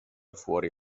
fuori